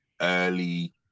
early